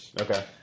Okay